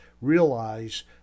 realize